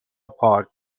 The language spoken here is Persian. پارک